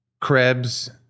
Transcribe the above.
Krebs